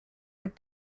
that